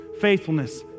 faithfulness